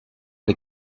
les